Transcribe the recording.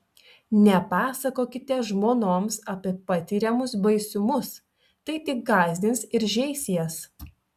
nepasakokite žmonoms apie patiriamus baisumus tai tik gąsdins ir žeis jas